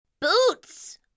Boots